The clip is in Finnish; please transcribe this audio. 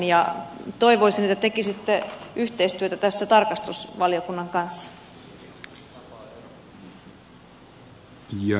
toivoisin että tekisitte yhteistyötä tässä tarkastusvaliokunnan kanssa